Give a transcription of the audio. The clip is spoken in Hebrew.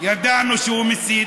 ידענו שהוא מסית,